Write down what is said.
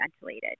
ventilated